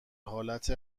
حالت